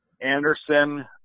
Anderson